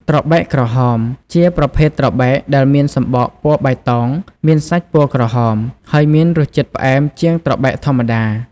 ត្របែកក្រហម ជាប្រភេទត្របែកដែលមានសំបកពណ៌បៃតង មានសាច់ពណ៌ក្រហម ហើយមានរសជាតិផ្អែមជាងត្របែកធម្មតា។